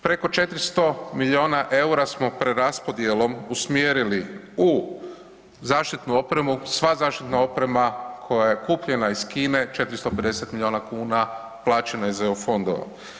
Preko 400 milijuna eura smo preraspodjelom usmjerili u zaštitnu opremu, sva zaštitna oprema koja je kupljena iz Kine, 450 milijuna kuna, plaćena je iz EU fondova.